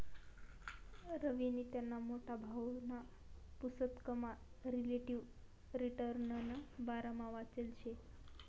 रवीनी त्याना मोठा भाऊना पुसतकमा रिलेटिव्ह रिटर्नना बारामा वाचेल शे